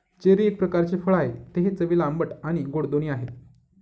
cherry एक प्रकारचे फळ आहे, ते चवीला आंबट आणि गोड दोन्ही आहे